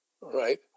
Right